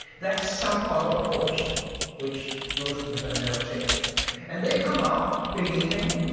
that's some other course which most and of them never take and they come out believing